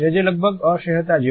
જે લગભગ અસહ્યતા જેવું છે